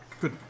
Good